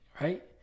right